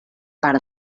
part